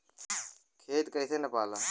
खेत कैसे नपाला?